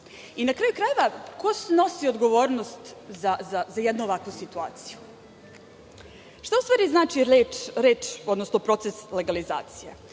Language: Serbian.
Na kraju krajeva ko snosi odgovornost za jednu ovakvu situaciju? Šta u stvari znači reč, odnosno proces legalizacije?